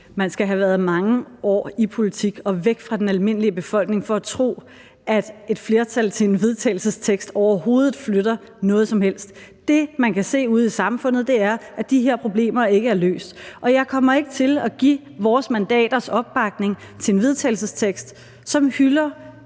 Man skal have været mange år i politik og væk fra den almindelige befolkning for at tro, at et flertal til et forslag til vedtagelse overhovedet flytter noget som helst. Det, som man kan se ude i samfundet, er, at de her problemer ikke er løst, og jeg kommer ikke til at give vores mandaters opbakning til et forslag til vedtagelse, som hylder